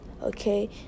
okay